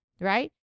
right